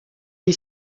est